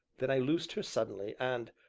then i loosed her suddenly, and,